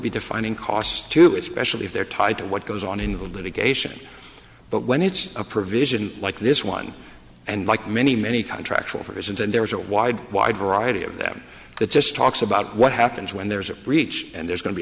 be defining costs too especially if they're tied to what goes on in the litigation but when it's a provision like this one and like many many contractual prisons and there's a wide wide variety of them that just talks about what happens when there's a breach and there's go